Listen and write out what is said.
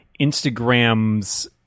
Instagram's